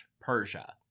Persia